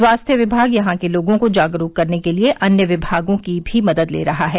स्वास्थ्य विभाग यहां के लोगों को जागरूक करने के लिए अन्य विभागों की भी मदद ले रहा है